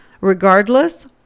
Regardless